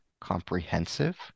comprehensive